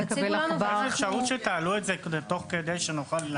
יש אפשרות שתעלו את זה תוך כדי שנוכל לעקוב?